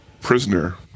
prisoner